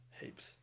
Heaps